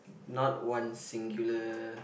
not one singular